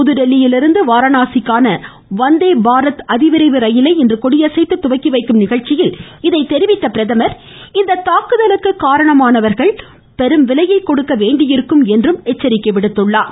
புதுதில்லியிலிருந்து வாரணாசிக்கான வந்தே பாரத் அதிவிரைவு ரயிலை இன்று கொடியசைத்து துவக்கி வைக்கும் நிகழ்ச்சியில் இதை தெரிவித்த அவர் இந்த தாக்குதலுக்கு காரணமானவா்கள் பெரும் விலையை கொடுக்க வேண்டியிருக்கும் என்றும் கூறினார்